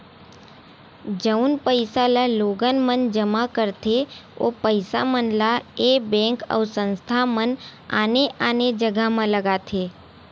जउन पइसा ल लोगन मन जमा करथे ओ पइसा मन ल ऐ बेंक अउ संस्था मन आने आने जघा म लगाथे